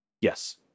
Yes